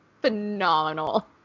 phenomenal